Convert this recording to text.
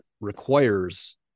requires